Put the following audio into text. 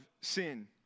sin